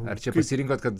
ar čia pasirinkot kad